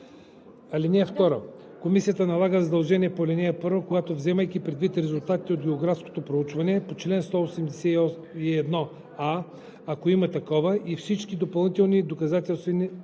услуги. (2) Комисията налага задълженията по ал. 1, когато вземайки предвид резултатите от географското проучване по чл. 181а, ако има такова, и всички допълнителни доказателства